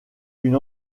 une